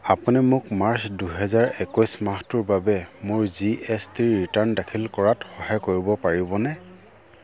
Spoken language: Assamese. আপুনি মোক মাৰ্চ দুহেজাৰ একৈছ মাহটোৰ বাবে মোৰ জি এছ টি ৰিটাৰ্ণ দাখিল কৰাত সহায় কৰিব পাৰিবনে